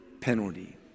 penalty